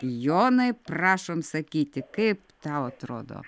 jonai prašom sakyti kaip tau atrodo